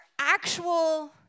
actual